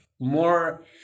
more